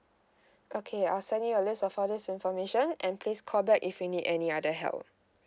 okay I'll send you a list of all this information and please call back if you need any other help